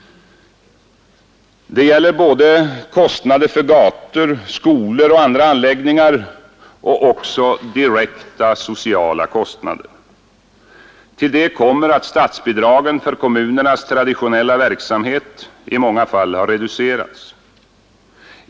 Det gäller både kostnader för gator, skolor och andra anläggningar och direkta sociala kostnader. Till det kommer att statsbidragen för kommunernas traditionella verksamhet i många fall har reducerats.